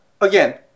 Again